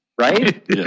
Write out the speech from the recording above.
right